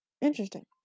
interesting